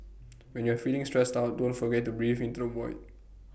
when you are feeling stressed out don't forget to breathe into the void